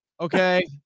Okay